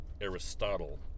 Aristotle